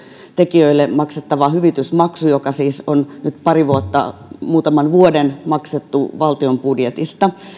tekijöille maksettava hyvitysmaksu joka siis on nyt pari vuotta muutaman vuoden maksettu valtion budjetista